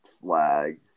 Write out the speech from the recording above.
flag